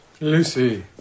lucy